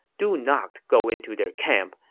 do not go into their camp.